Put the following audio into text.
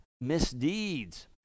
misdeeds